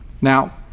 Now